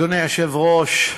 אדוני היושב-ראש,